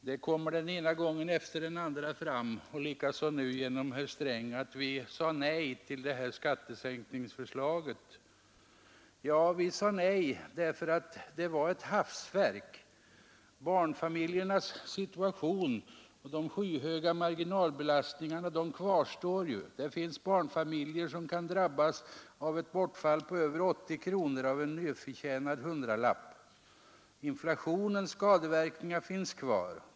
Herr talman! Den ena gången efter den andra och likaså nu genom herr Sträng kommer det fram att vi sade nej till det här skattesänkningsförslaget. Vi sade nej därför att det var ett hafsverk. Barnfamiljernas situation och de skyhöga marginalbelastningarna kvarstår ju. Det finns barnfamiljer som drabbas av ett bortfall på över 80 kronor av en merförtjänad hundralapp. Inflationens skadeverkningar finns kvar.